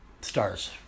stars